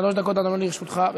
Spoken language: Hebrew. שלוש דקות, אדוני, לרשותך.